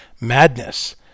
madness